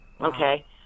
Okay